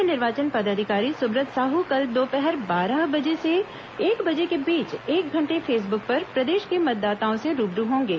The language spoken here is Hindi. मुख्य निर्वाचन पदाधिकारी सुब्रत साहू कल दोपहर बारह से एक बजे के बीच एक घण्टे फेसबुक पर प्रदेश के मतदाताओं से रूबरू होंगे